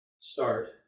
start